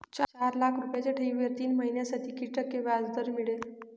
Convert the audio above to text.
चार लाख रुपयांच्या ठेवीवर तीन महिन्यांसाठी किती टक्के व्याजदर मिळेल?